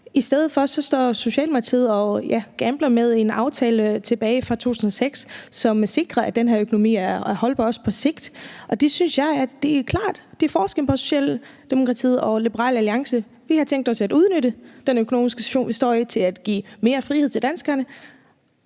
I stedet for står Socialdemokratiet og gambler med en aftale tilbage fra 2006, som sikrer, at den her økonomi er holdbar, også på sigt. Det er jo klart. Det er forskellen på Socialdemokratiet og Liberal Alliance. Vi har tænkt os at udnytte den økonomiske situation, vi står i, til at give mere frihed til danskerne,